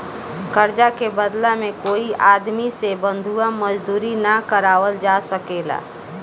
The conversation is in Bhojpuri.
कर्जा के बदला में कोई आदमी से बंधुआ मजदूरी ना करावल जा सकेला